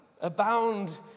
Abound